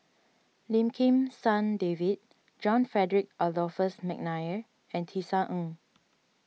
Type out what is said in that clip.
Lim Kim San David John Frederick Adolphus McNair and Tisa Ng